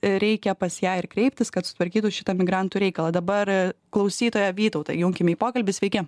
reikia pas ją ir kreiptis kad sutvarkytų šitą migrantų reikalą dabar klausytoją vytautą junkime į pokalbį sveiki